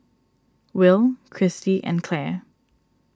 Will Christie and Claire